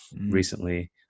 recently